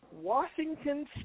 Washington